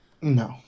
no